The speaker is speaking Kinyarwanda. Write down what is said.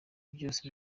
byose